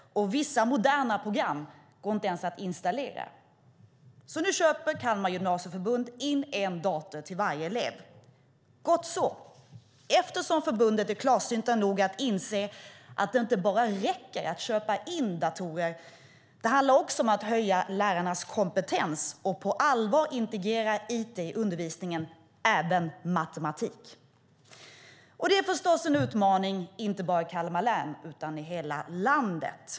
Vissa moderna program går inte ens att installera. Nu köper Kalmarsunds gymnasieförbund in en dator till varje elev. Gott så - eftersom förbundet är klarsynt nog att inse att det inte räcker att enbart köpa in datorer utan att det också handlar om att höja lärarnas kompetens och på allvar integrera it i undervisningen, även matematik. Det här är förstås en utmaning inte bara i Kalmar län utan i hela landet.